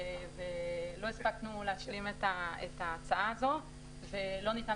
לא הספקנו להשלים את ההצעה הזאת ולא ניתן